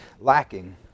lacking